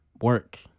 work